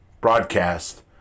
broadcast